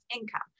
income